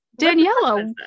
Daniela